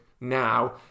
now